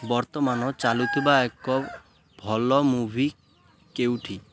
ବର୍ତ୍ତମାନ ଚାଲିଥିବା ଏକ ଭଲ ମୁଭି କେଉଁଟି